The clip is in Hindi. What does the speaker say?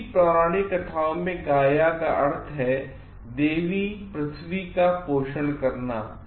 ग्रीक पौराणिक कथाओं में Gaia का अर्थ है देवी पृथ्वी का पोषण करना